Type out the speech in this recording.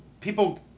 people